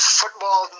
football